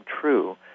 true